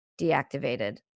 deactivated